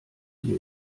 dir